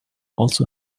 also